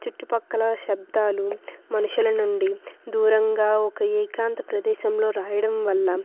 చుట్టుపక్కల శబ్దాలు మనుషుల నుండి దూరంగా ఒక ఏకాంత ప్రదేశంలో రాయడం వల్ల